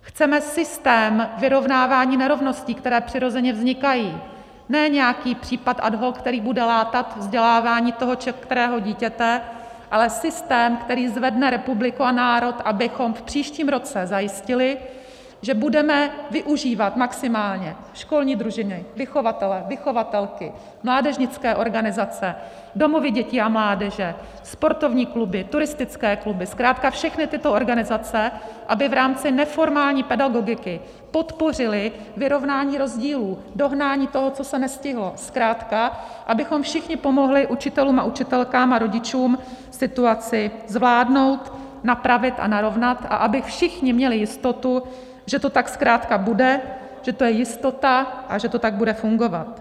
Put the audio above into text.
Chceme systém vyrovnávání nerovností, které přirozeně vznikají, ne nějaký případ ad hoc, který bude látat vzdělávání toho kterého dítěte, ale systém, který zvedne republiku a národ, abychom v příštím roce zajistili, že budeme využívat maximálně školní družiny, vychovatele, vychovatelky, mládežnické organizace, domovy dětí a mládeže, sportovní kluby, turistické kluby, zkrátka všechny tyto organizace, aby v rámci neformální pedagogiky podpořily vyrovnání rozdílů, dohnání toho, co se nestihlo, zkrátka abychom všichni pomohli učitelům a učitelkám a rodičům situaci zvládnout, napravit a narovnat a aby všichni měli jistotu, že to tak zkrátka bude, že to je jistota a že to tak bude fungovat.